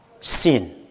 sin